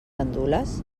gandules